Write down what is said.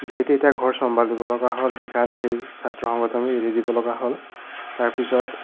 যিহেতু এতিয়া ঘৰ চম্ভালিব লগা হ'ল সেইকাৰণে সেই ছাত্ৰ সংগঠন এৰি দিব লগা হ'ল তাৰ পিছত